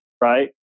Right